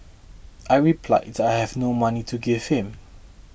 I replied that I had no money to give him